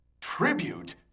Tribute